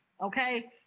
okay